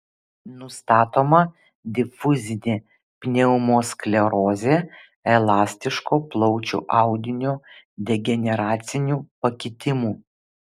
nustatoma difuzinė pneumosklerozė elastiško plaučių audinio degeneracinių pakitimų